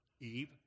Eve